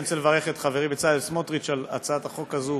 אני רוצה לברך את חברי בצלאל סמוטריץ על הצעת החוק הזאת,